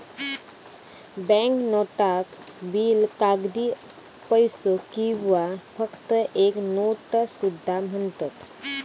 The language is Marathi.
बँक नोटाक बिल, कागदी पैसो किंवा फक्त एक नोट सुद्धा म्हणतत